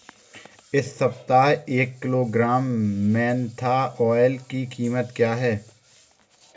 इस सप्ताह एक किलोग्राम मेन्था ऑइल की कीमत क्या है?